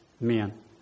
Men